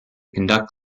conduct